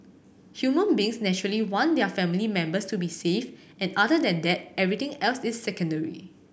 human beings naturally want their family members to be safe and other than that everything else is secondary